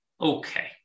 Okay